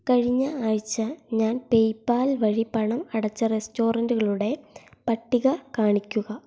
കഴിഞ്ഞ ആഴ്ച ഞാൻ പേയ്പാൽ വഴി പണം അടച്ച റെസ്റ്റോറന്റുകളുടെ പട്ടിക കാണിക്കുക